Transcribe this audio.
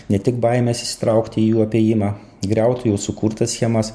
ne tik baimes įsitraukti į jų apėjimą griauti jau sukurtas schemas